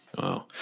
Wow